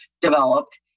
developed